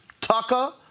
Tucker